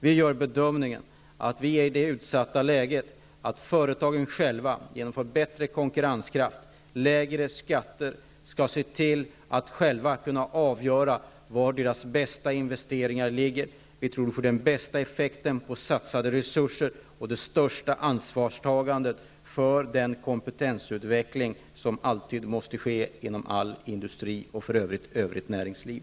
Vi gör den bedömningen att vi är i det utsatta läget att företagen själva, genom att få bättre konkurrenskraft och lägre skatter, skall kunna avgöra var deras bästa investeringar finns. Vi tror att det får den bästa effekten på satsade resurser och det största ansvarstagandet för den kompetensutveckling som alltid måste ske inom all industri, och även inom övrigt näringsliv.